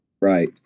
Right